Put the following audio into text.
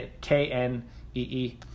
K-N-E-E